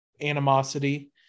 animosity